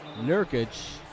Nurkic